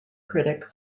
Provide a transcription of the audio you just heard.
critic